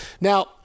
Now